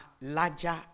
larger